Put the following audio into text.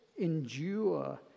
endure